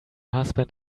husband